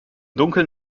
dunkeln